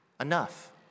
enough